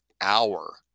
hour